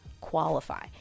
qualify